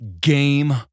game